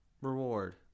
reward